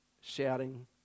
shouting